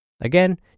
Again